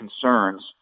concerns